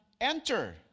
enter